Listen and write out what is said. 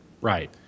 right